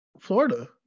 florida